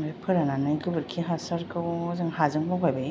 ओमफ्राय फोराननानै गोबोरखि हासारखौ जों हाजों लगायबाय